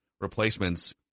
Replacements